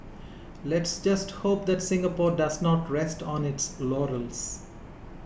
let's just hope that Singapore does not rest on its laurels